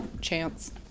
chance